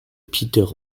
peter